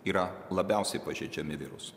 yra labiausiai pažeidžiami viruso